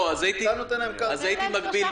אתה נותן להם כמה --- אז הייתי מגביל